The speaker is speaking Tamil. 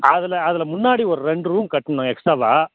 அதில் அதில் முன்னாடி ஒரு ரெண்டு ரூம் கட்டணும் எக்ஸ்ட்ராவாக